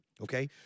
okay